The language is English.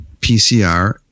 PCR